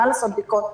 מה לעשות בדיקות,